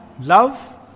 love